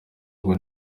ubwo